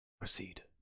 Proceed